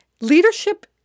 Leadership